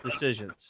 decisions